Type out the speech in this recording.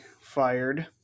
fired